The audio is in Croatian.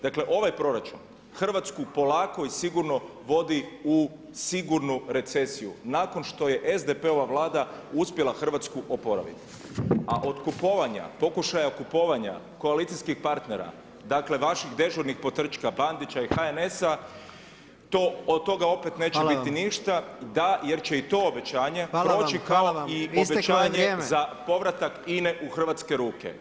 Dakle, ovaj proračun Hrvatsku polako i sigurno vodi u sigurnu recesiju, nakon što je SDP-ova vlada uspjela Hrvatsku oporaviti, a od kupovanja, pokušaja kupovanja koalicijskih partnera, dakle vaših dežurnih potrčaka, Bandića i HNS-a to od toga opet neće [[Upadica: Hvala vam.]] biti ništa da jer će i to obećanje proći [[Upadica: Hvala vam, hvala vam, isteklo je vrijeme.]] kao i obećanje za povratak INE u hrvatske ruke.